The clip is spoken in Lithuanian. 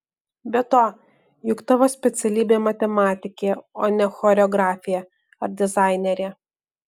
be to juk tavo specialybė matematikė o ne choreografė ar dizainerė